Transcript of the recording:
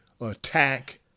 attack